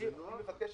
אדוני היושב-ראש,